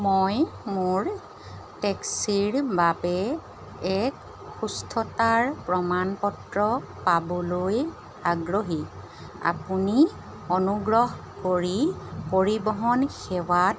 মই মোৰ টেক্সিৰ বাবে এক সুস্থতাৰ প্ৰমাণ পত্ৰ পাবলৈ আগ্ৰহী আপুনি অনুগ্ৰহ কৰি পৰিবহন সেৱাত